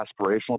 aspirational